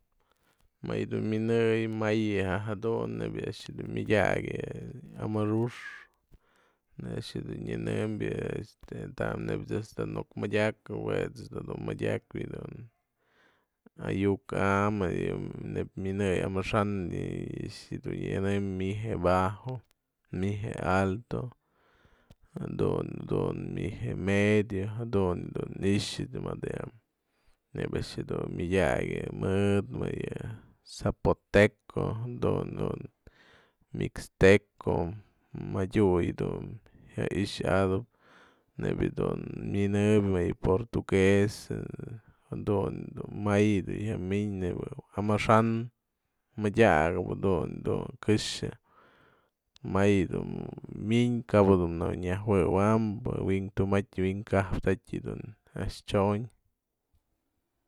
Më yë du minëyën may ja'a jadun myadiakyë amuru'ux, yë a'ax dun nyanëmbyë esta tam's ejt's dun nuk manyakë jue ejt's dun madyakpë ayu'uk am, nebya minëyën amaxa'an y yë a'ax dun nyënën mixe bajo, mixe alto, jadun dun mixe medio jadun dun i'ixë mëdë nebya a'ax dun myadiakyë mëdë mëyë zapoteco, dun dun mixteco, madyu yë dun jya i'ixatëp nebya dun minëbyën portugues, jadun dun may dun jya mi'in, nebya amaxa'an myadiakëpë du dun këxë, may du mynë kap du näwyë juewambë wi'in tumatyë wi'in kaptät a'ax xyonë.